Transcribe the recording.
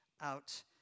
out